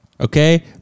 Okay